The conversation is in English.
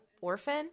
Orphan